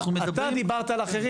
אנחנו מדברים --- אתה דיברת על אחרים,